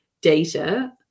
data